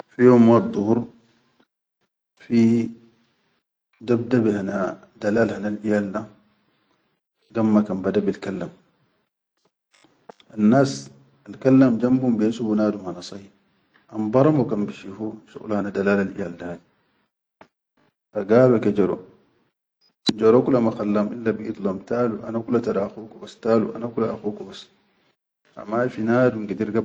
Fi yom wahid duhur fi dabdabe hana kalam hanal iyal da gamma kan bada bilkallam, annas alkallam jambum behesubu nadum hana sahi, ambaramo kan bishifu shuqul hana dalal iyal da, ha galo ke jaro, jaro kula ma khallam illa biʼid lom talu ana kula tara akhuku bas, talu ana kula akhuku bas, han mafi nadum.